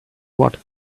what